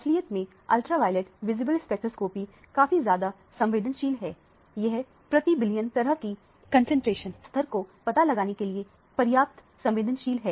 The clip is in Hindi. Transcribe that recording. असलियत में अल्ट्रावॉयलेट विजिबल स्पेक्ट्रोस्कॉपी काफी ज्यादा संवेदनशील है यह प्रति बिलियन तरह की कंसंट्रेशन स्तर को पता लगाने के लिए पर्याप्त संवेदनशील है